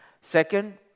Second